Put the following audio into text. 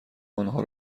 آنها